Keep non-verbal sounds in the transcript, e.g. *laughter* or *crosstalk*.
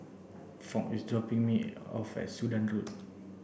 Foch is dropping me off at Sudan Road *noise*